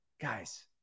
guys